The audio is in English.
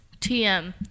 TM